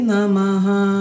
Namaha